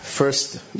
First